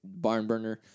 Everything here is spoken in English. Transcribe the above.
Barnburner